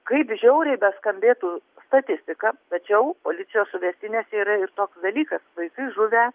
kaip žiauriai beskambėtų statistika tačiau policijos suvestinėse yra ir toks dalykas vaikai žuvę